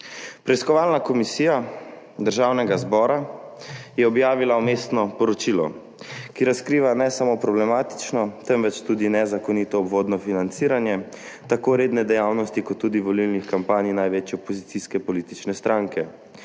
Preiskovalna komisija Državnega zbora je objavila vmesno poročilo, ki razkriva ne samo problematično, temveč tudi nezakonito obvodno financiranje tako redne dejavnosti kot tudi volilnih kampanj največje opozicijske politične stranke.